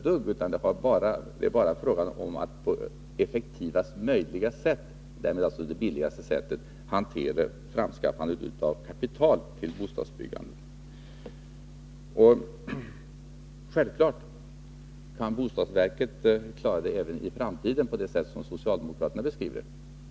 Det är bara fråga om att på effektivaste möjliga och därmed billigaste sätt hantera framskaffandet av kapital till bostadsbyggandet. Självfallet kan bostadsverket klara sin uppgift även i framtiden på det sätt som socialdemokraterna beskriver detta.